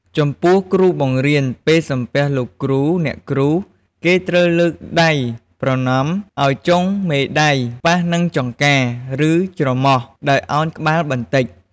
ចំពោះគ្រូបង្រៀន ពេលសំពះលោកគ្រូអ្នកគ្រូ គេត្រូវលើកដៃប្រណម្យឱ្យចុងមេដៃប៉ះនឹងចង្កា ឬចុងច្រមុះ ដោយឱនក្បាលបន្តិច។